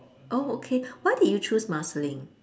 oh okay why did you choose Marsiling